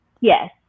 Yes